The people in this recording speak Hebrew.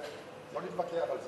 לא נתווכח על זה,